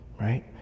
right